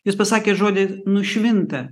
jūs pasakėt žodį nušvinta